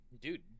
dude